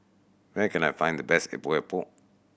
where can I find the best Epok Epok